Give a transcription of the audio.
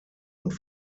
und